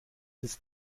ist